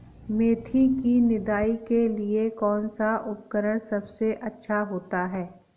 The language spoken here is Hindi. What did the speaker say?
मेथी की निदाई के लिए कौन सा उपकरण सबसे अच्छा होता है?